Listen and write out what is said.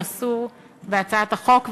המסור בהצעת החוק,